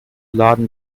laden